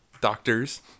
doctors